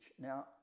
Now